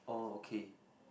oh okay